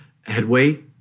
headway